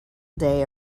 day